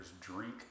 drink